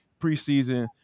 preseason